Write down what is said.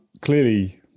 clearly